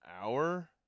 hour